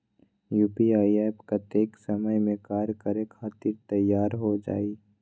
UPI app कतेइक समय मे कार्य करे खातीर तैयार हो जाई?